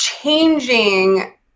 changing